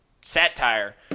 satire